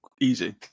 Easy